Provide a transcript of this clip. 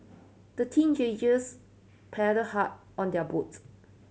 the paddled hard on their boats